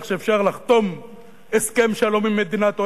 שאפשר לחתום הסכם שלום עם מדינת אויב,